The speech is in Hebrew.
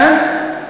כן?